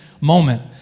moment